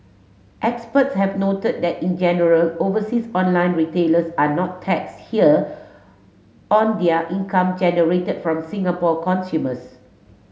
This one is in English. experts have noted that in general overseas online retailers are not taxed here on their income generated from Singapore consumers